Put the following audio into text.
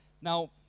Now